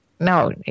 No